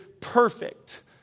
perfect